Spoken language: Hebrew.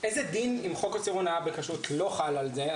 איזה דין אם חוק איסור הונאה בכשרות לא חל על זה?